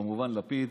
כמובן, לפיד,